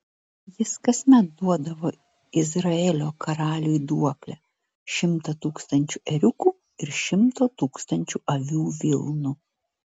jis kasmet duodavo izraelio karaliui duoklę šimtą tūkstančių ėriukų ir šimto tūkstančių avių vilnų